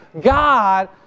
God